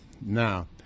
Now